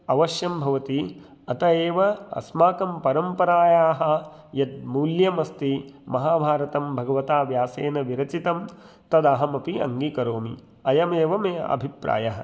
अवश्यं भवति अतः एव अस्माकं परम्परायाः यत् मूल्यम् अस्ति महाभारतं भगवता व्यासेन विरचितं तद् अहमपि अङ्गीकरोमि अयमेव मे अभिप्रायः